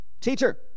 teacher